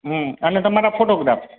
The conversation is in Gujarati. હમ અને તમારા ફોટોગ્રાફ્સ